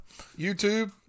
YouTube